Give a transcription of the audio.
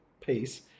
peace